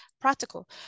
practical